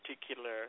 particular